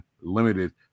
limited